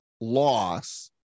loss